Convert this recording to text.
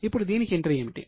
ఇప్పుడు దీనికి ఎంట్రీ ఏమిటి